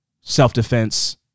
self-defense